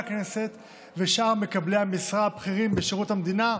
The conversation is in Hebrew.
הכנסת ושאר נושאי המשרה הבכירים בשירות המדינה,